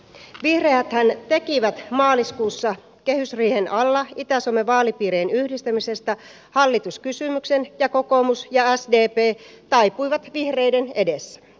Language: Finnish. vihreäthän tekivät maaliskuussa kehysriihen alla itä suomen vaalipiirien yhdistämisestä hallituskysymyksen ja kokoomus ja sdp taipuivat vihreiden edessä